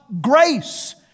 grace